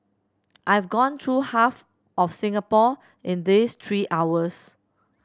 I've gone through half of Singapore in these three hours